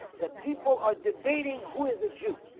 that people are debating who is a jew